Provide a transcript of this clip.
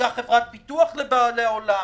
הייתה חברת ביטוח לבעלי האולם,